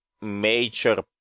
major